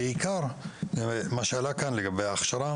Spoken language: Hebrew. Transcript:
ובעיקר למה שעלה כאן לגבי ההכשרה,